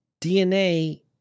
DNA